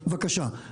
בבקשה.